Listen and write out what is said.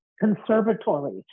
conservatories